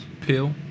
Pill